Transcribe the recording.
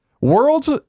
World's